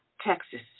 Texas